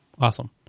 Awesome